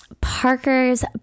Parker's